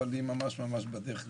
אבל היא ממש בדרך לשם.